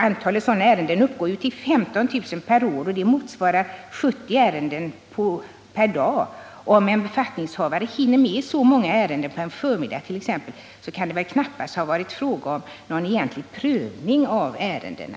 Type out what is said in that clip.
Antalet ärenden uppgår ju till 15 000 per år, vilket motsvarar 70 ärenden per dag. Om en befattningshavare hinner med så många ärenden på t.ex. en förmiddag, kan det väl knappast vara fråga om någon egentlig prövning av ärendena.